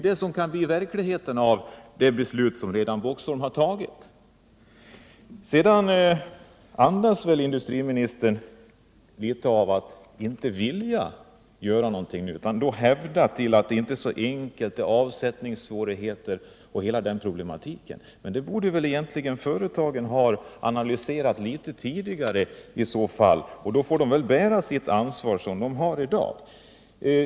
Det kan ju bli följden av det beslut som Boxholm redan har fattat! Sedan andas industriministerns uttalanden en viss ovilja mot att göra någonting. Han hänvisar helt enkelt till avsättningssvårigheter och hela den problematiken. Men företagen borde väl egentligen litet tidigare ha analyserat detta, och de får väl bära sitt ansvar som de har i dag.